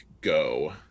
go